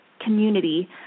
community